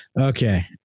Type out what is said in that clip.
Okay